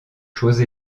choses